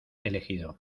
elegido